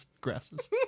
grasses